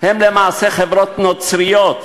הן למעשה חברות נוצריות,